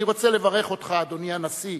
אני רוצה לברך אותך, אדוני הנשיא,